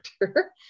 character